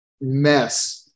mess